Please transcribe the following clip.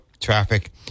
traffic